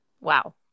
Wow